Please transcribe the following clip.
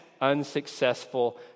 unsuccessful